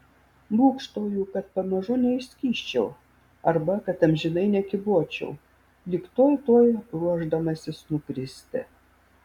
būgštauju kad pamažu neišskysčiau arba kad amžinai nekybočiau lyg tuoj tuoj ruošdamasis nukristi